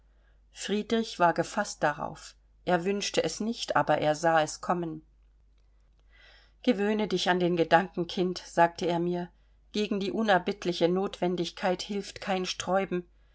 friedrich war gefaßt darauf er wünschte es nicht aber er sah es kommen gewöhne dich an den gedanken kind sagte er mir gegen die unerbittliche notwendigkeit hilft kein sträuben